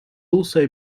also